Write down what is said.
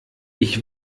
ich